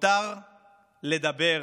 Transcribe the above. מותר לדבר,